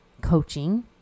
coaching